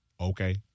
okay